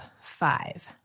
five